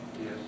Yes